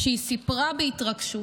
כשהיא סיפרה בהתרגשות